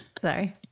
Sorry